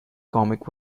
comic